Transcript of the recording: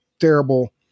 terrible